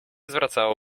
zwracała